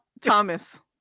Thomas